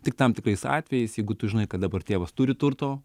tik tam tikrais atvejais jeigu tu žinai kad dabar tėvas turi turto